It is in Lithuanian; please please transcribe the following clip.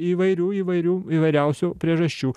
įvairių įvairių įvairiausių priežasčių